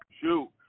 Shoot